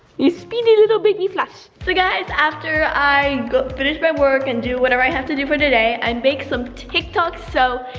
you speedy little baby flash. so guys after i go finish my work and do whatever i have to do for today, i and make some tiktok's so,